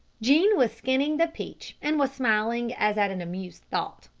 jean was skinning the peach and was smiling as at an amusing thought.